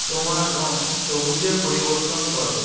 তোমার রং সবুজে পরিবর্তন করো